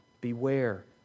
beware